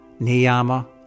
niyama